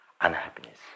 unhappiness